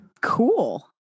cool